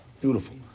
Beautiful